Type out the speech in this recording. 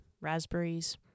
raspberries